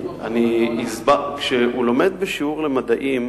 כשהוא לומד בשיעור למדעים,